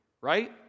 right